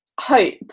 hope